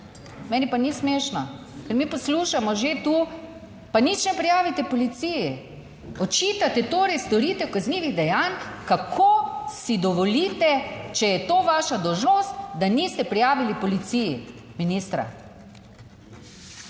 meni pa ni smešno, ker mi poslušamo že tu, pa nič ne prijavite policiji. Očitate torej storitev kaznivih dejanj. Kako si dovolite, če je to vaša dolžnost, da niste prijavili policiji ministra?